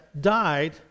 died